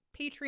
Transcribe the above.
Patreon